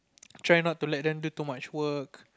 try not to let them do too much work